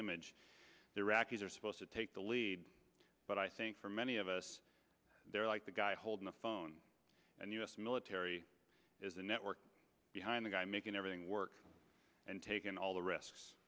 image iraqis are supposed to take the lead but i think for many of us they're like the guy holding the phone and us military is a network behind the guy making everything work and taking all the